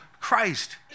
Christ